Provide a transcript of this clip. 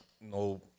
No